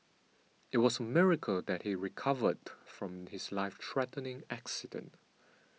it was a miracle that he recovered from his life threatening accident